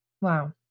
Wow